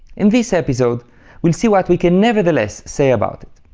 in this episode we'll see what we can nevertheless say about it.